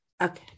Okay